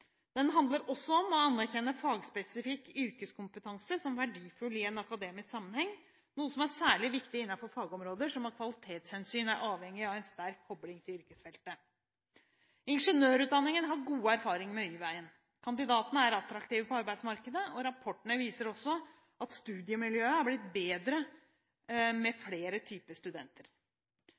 Den handler også om å anerkjenne fagspesifikk yrkeskompetanse som verdifull i en akademisk sammenheng, noe som er særlig viktig innenfor fagområder som av kvalitetshensyn er avhengig av en sterk kobling til yrkesfeltet. Ingeniørutdanningen har gode erfaringer med Y-veien. Kandidatene er attraktive på arbeidsmarkedet, og rapportene viser også at studiemiljøet er blitt bedre med flere typer studenter.